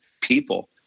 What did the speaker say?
people